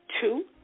Two